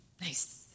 Nice